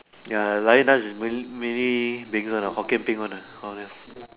ya lion dance is main mainly bengs one uh Hokkien Peng one uh all this